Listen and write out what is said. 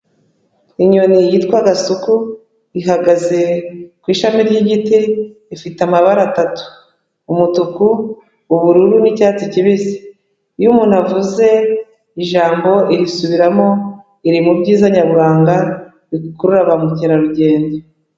Inyoni yitwa gasuku ihagaze ku ishami ry'igiti ifite amabara atatu, umutuku, ubururu n'icyatsi kibisi, iyo umuntu avuze ijambo irisubiramo iri mu byiza nyaburanga bikurura ba mukerarugendo.